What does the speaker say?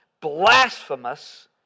blasphemous